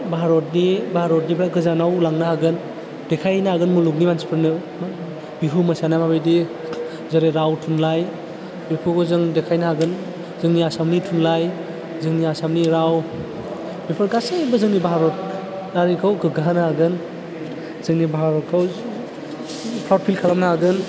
भारतनि भारतनिफ्राइ गोजानाय लांनो हागोन देखायहैनो हागोन मुलुगनि मानसिफोरनो बिहु मोसानाया माबायदि जेरै राव थुनलाइ बेखौबो जों देखायनो हागोन जोंनि आसामनि थुनलाइ जोंनि आसामनि राव बेफोर गासैबो जोंनि भारत आर बेखौ गोग्गानो हागोन जोंनि भारतखौ प्राउड फिल खालामनो हागोन